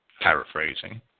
Paraphrasing